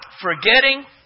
forgetting